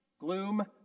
gloom